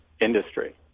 industry